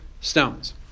stones